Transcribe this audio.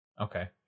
Okay